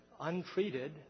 untreated